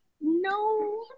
No